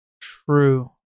true